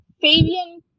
Fabian